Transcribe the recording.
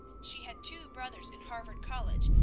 she had two brothers in harvard college,